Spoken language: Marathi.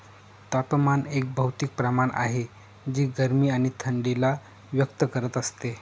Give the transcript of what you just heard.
तापमान एक भौतिक प्रमाण आहे जे गरमी आणि थंडी ला व्यक्त करत असते